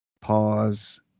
Pause